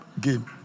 game